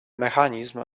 mechanizm